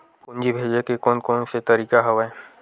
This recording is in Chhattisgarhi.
पूंजी भेजे के कोन कोन से तरीका हवय?